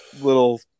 little